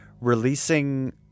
releasing